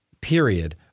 period